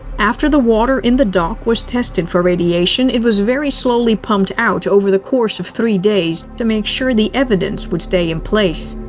after the water in the dock was tested for radiation, it was very slowly pumped out over the course of three days to make sure the evidence would stay in place.